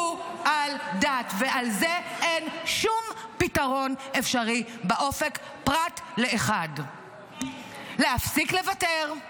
על זה אין שום פתרון אפשרי באופק פרט לאחד: להפסיק לוותר,